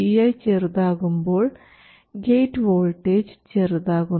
vi ചെറുതാകുമ്പോൾ gate voltage ചെറുതാകുന്നു